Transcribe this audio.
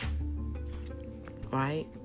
right